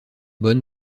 bonne